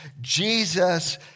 Jesus